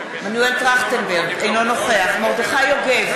אינו נוכח מרדכי יוגב,